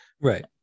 right